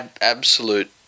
Absolute